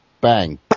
bang